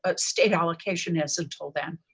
ah state allocation is until then.